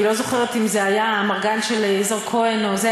אני לא זוכרת אם זה היה האמרגן של יזהר כהן או של זה,